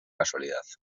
casualidad